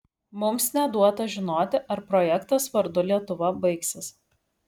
mums neduota žinoti ar projektas vardu lietuva baigsis